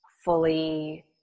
fully